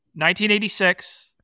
1986